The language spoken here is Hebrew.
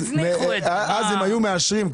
אז הם היו מאשרים,